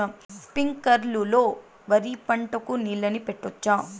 స్ప్రింక్లర్లు లో వరి పంటకు నీళ్ళని పెట్టొచ్చా?